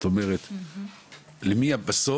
זאת אומרת, בסוף,